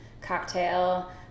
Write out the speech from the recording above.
cocktail